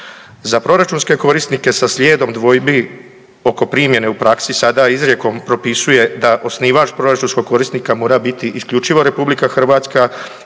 Za proračunske korisnike sa slijedom dvojbi oko primjene u praksi sada izrijekom propisuje da osnivač proračunskog korisnika mora biti isključivo RH i/ili jedinica